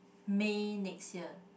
May next year